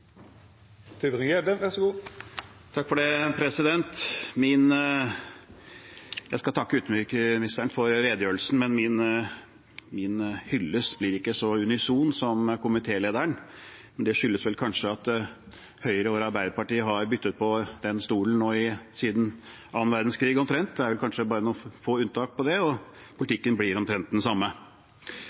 Jeg vil takke utenriksministeren for redegjørelsen, men min hyllest blir ikke så unison som komitélederens. Det skyldes kanskje at Høyre og Arbeiderpartiet har byttet på den stolen siden annen verdenskrig, omtrent. Det er vel bare noen få unntak fra det, og politikken blir omtrent den samme.